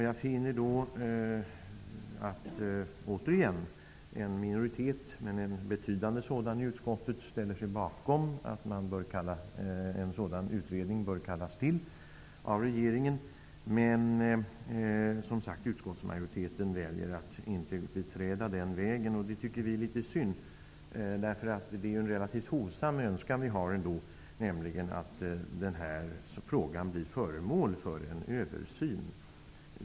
Jag finner återigen att en minoritet -- men en betydande sådan -- i utskottet ställer sig bakom förslaget att en sådan utredning bör kallas till av regeringen. Utskottsmajoriteten väljer att inte beträda den vägen, och det är litet synd. Det är en relativt hovsam önskan, nämligen att frågan blir föremål för en översyn.